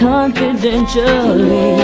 Confidentially